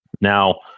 Now